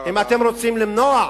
אם אתם רוצים למנוע,